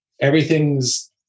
Everything's